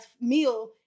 meal